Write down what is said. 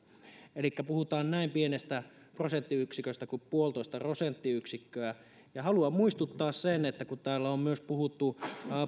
elikkä puhutaan näin pienestä prosenttiyksiköstä kuin puolitoista prosenttiyksikköä haluan muistuttaa että kun täällä on myös puhuttu